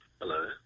Hello